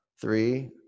three